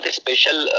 special